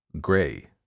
Gray